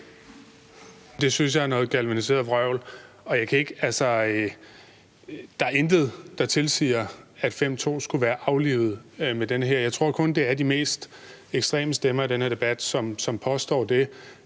Det synes jeg er noget galvaniseret vrøvl. Der er intet, der tilsiger, at § 5, stk. 2, skulle være aflivet med det her. Jeg tror kun, det er de mest ekstreme stemmer i den her debat, som påstår det.